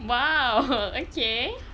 !wow! okay